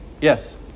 yes